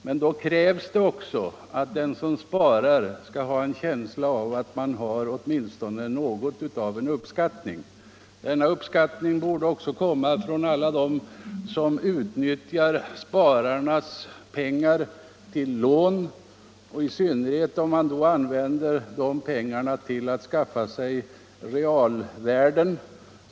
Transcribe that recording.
Men då krävs det också att den som sparar kan känna att han är uppskattad för sitt sparande, och en sådan uppskattning borde komma inte minst från alla dem som utnyttjar spararnas pengar i form av lån och använder pengarna för att skaffa sig realvärden.